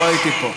לא הייתי פה.